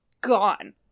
gone